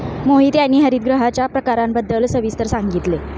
मोहित यांनी हरितगृहांच्या प्रकारांबद्दल सविस्तर सांगितले